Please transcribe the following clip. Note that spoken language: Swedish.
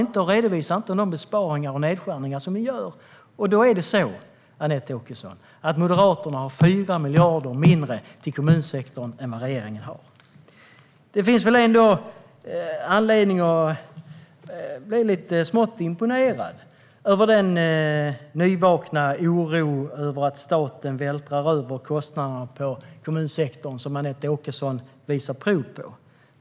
Ni redovisar inte de besparingar och nedskärningar som ni gör. Då är det så, Anette Åkesson, att Moderaterna har 4 miljarder mindre till kommunsektorn än vad regeringen har. Det finns ändå anledning att bli smått imponerad över den nyvakna oron över att staten vältrar över kostnaderna på kommunsektorn som Anette Åkesson visar prov på.